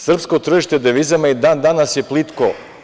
Srpsko tržište devizama i dan danas je plitko.